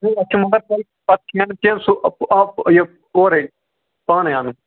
اَتھ چھُ مگر تۄہہِ پتہٕ کھٮ۪ن چٮ۪ن سو یہِ اورے پانَے انُن